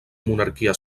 monarquia